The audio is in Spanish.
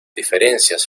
diferencias